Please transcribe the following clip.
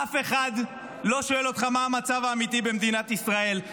אף אחד לא שואל אותך מה המצב האמיתי במדינת ישראל,